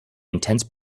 intense